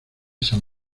san